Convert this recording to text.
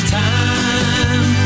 time